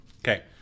Okay